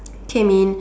hey man